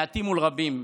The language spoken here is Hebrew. מעטים מול רבים,